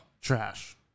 Trash